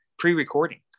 pre-recording